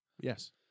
Yes